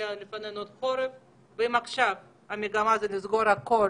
עולם עשיר,